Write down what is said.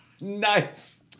Nice